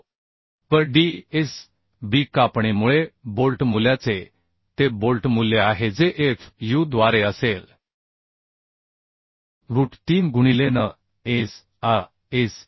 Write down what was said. V d s b कापणीमुळे volt मूल्याचे ते बोल्ट मूल्य आहे जे F u द्वारे असेल रूट 3 गुणिलेN s A s A